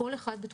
כל אחד בתחומו,